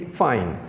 fine